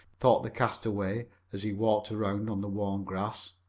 thought the castaway as he walked around on the warm grass.